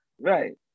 Right